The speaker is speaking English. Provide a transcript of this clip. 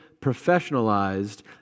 professionalized